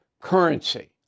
currency